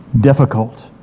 difficult